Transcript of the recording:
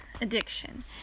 addiction